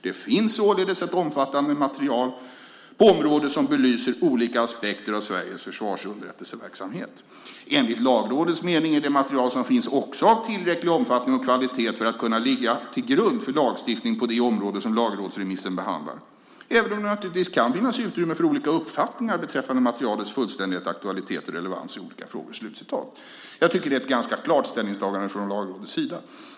Det finns således ett omfattande material på området som belyser olika aspekter av Sveriges försvarsunderrättelseverksamhet. Enligt Lagrådets mening är det material som finns också av tillräcklig omfattning och kvalitet för att kunna ligga till grund för lagstiftning på det område som lagrådsremissen behandlar, även om det naturligtvis kan finnas utrymme för olika uppfattningar beträffande materialets fullständighet, aktualitet och relevans i olika frågor." Jag tycker att det är ett ganska klart ställningstagande från Lagrådets sida.